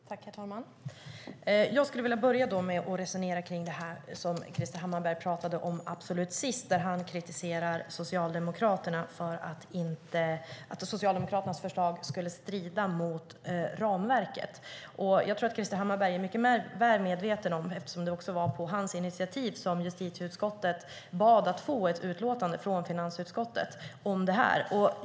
Herr talman! Jag skulle vilja börja med att resonera kring det som Krister Hammarbergh tog upp absolut sist och där han kritiserar Socialdemokraterna och säger att Socialdemokraternas förslag skulle strida mot ramverket. Krister Hammarbergh är väl medveten om att det ju var på hans initiativ som justitieutskottet bad att få ett utlåtande från finansutskottet.